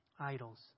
Idols